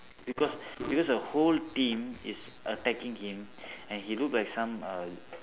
because because the whole team is attacking him and he look like some uh